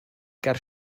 ger